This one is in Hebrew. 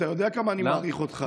אתה יודע כמה אני מעריך אותך.